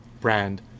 brand